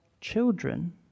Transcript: children